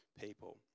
people